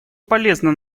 полезно